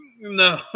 No